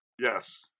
Yes